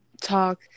talk